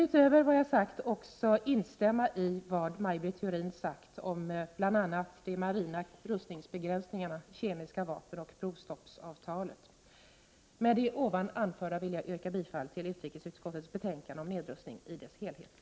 Utöver vad jag har sagt vill jag också instämma i vad Maj Britt Theorin sagt om de marina rustningsbegränsningarna, kemiska vapen och provstoppsavtalet. Med det anförda vill jag yrka bifall till hemställan i utrikesutskottets betänkande om nedrustning i dess helhet.